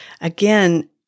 again